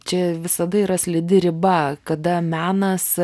čia visada yra slidi riba kada menas